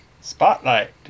Spotlight